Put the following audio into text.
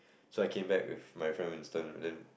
so I came back with my friend Winston then